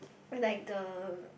like the